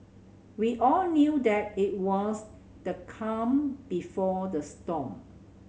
we all knew that it was the calm before the storm